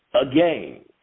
again